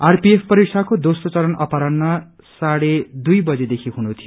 RPF परीक्षाको दोस्रो चरण अपराहन्न साढ़े दुइ देखि हुन थियो